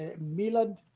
Milan